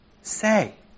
say